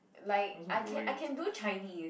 like I can I can do Chinese